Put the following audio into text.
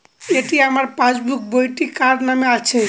এটি আমার পাসবুক বইটি কার নামে আছে?